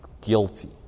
guilty